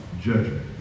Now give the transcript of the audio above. judgment